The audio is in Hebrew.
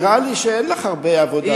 נראה לי שאין לך הרבה עבודה.